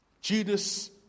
Judas